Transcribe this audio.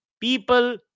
People